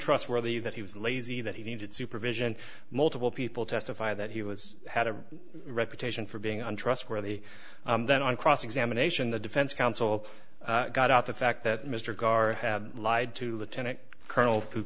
trustworthy that he was lazy that he needed supervision multiple people testify that he was had a reputation and for being untrustworthy then on cross examination the defense counsel got out the fact that mr karr lied to the tenant colonel who